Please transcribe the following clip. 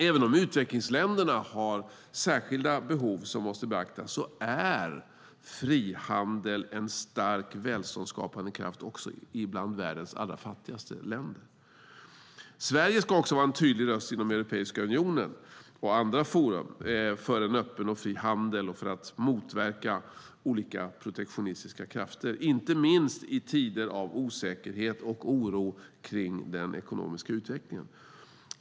Även om utvecklingsländerna har särskilda behov som behöver beaktas är frihandel en stark välståndsskapande kraft också bland världens allra fattigaste länder. Sverige ska också vara en tydlig röst inom Europeiska unionen och andra forum för en öppen och fri handel och för att motverka olika protektionistiska krafter. Det gäller inte minst i tider av osäkerhet och oro för den ekonomiska utvecklingen.